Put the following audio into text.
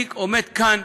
אני עומד כאן